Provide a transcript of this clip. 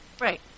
right